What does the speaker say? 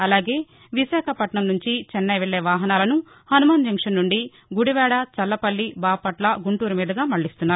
అలాగే విశాఖపట్నం నుంచి చెన్నై వెళ్లే వాహనాలను హనుమాన్ జంక్షన్ నుండి గుడివాడ చల్లపల్లి బాపట్ల గుంటూరు మీదుగా మళ్లిస్తున్నారు